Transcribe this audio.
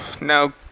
now